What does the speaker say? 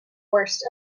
worst